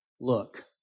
look